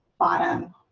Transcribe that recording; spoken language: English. bottom,